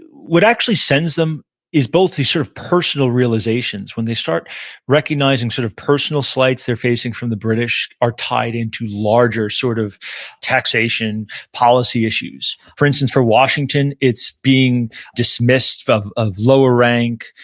what actually sends them is both these sort of personal realizations, when they start recognizing sort of personal slights they're facing from the british, are tied into larger sort of taxation policy issues. for instance, for washington, it's being dismissed of of lower rank,